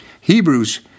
Hebrews